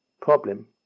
problem